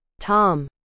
Tom